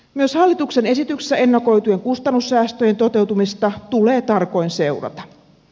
myös hallituksen esityksessä ennakoitujen kustannussäästöjen toteutumista tulee tarkoin seurata